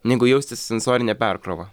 negu jausti sensorinę perkrovą